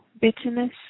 Bitterness